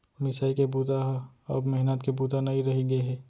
मिसाई के बूता ह अब मेहनत के बूता नइ रहि गे हे